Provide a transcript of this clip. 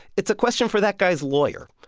it's a question for that guy's lawyer.